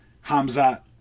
hamza